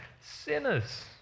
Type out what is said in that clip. Sinners